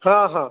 ହଁ ହଁ